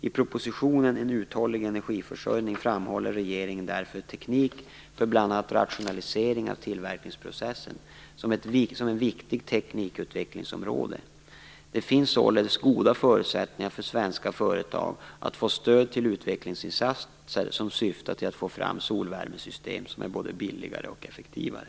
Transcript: I propositionen En uthållig energiförsörjning framhåller regeringen därför teknik för bl.a. rationalisering av tillverkningsprocessen som ett viktigt teknikutvecklingsområde. Det finns således goda förutsättningar för svenska företag att få stöd till utvecklingsinsatser som syftar till att få fram solvärmesystem som är både billigare och effektivare.